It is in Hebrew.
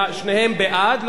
שניהם בעד.